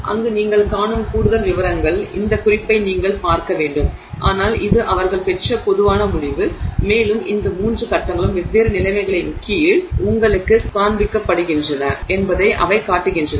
அங்கு நீங்கள் காணும் கூடுதல் விவரங்கள் இந்த குறிப்பை நீங்கள் பார்க்க வேண்டும் ஆனால் இது அவர்கள் பெற்ற பொதுவான முடிவு மேலும் இந்த மூன்று கட்டங்களும் வெவ்வேறு நிலைமைகளின் கீழ் உங்களுக்குக் காண்பிக்கப்படுகின்றன என்பதை அவை காட்டுகின்றன